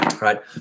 Right